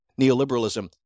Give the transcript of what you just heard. neoliberalism